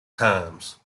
times